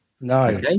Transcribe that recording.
No